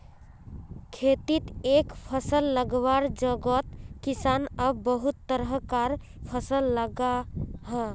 खेतित एके फसल लगवार जोगोत किसान अब बहुत तरह कार फसल लगाहा